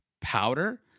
powder